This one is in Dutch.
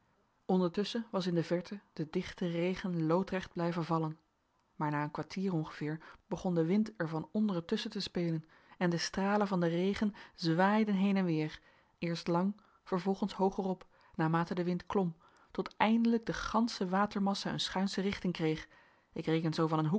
ondertusschen was in de verte de dichte regen loodrecht blijven vallen maar na een kwartier ongeveer begon de wind er van onderen tusschen te spelen en de stralen van den regen zwaaiden heen en weer eerst lang vervolgens hooger op naarmate de wind klom tot eindelijk de gansche watermassa een schuinsche richting kreeg ik reken zoo van een hoek